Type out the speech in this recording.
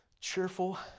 cheerful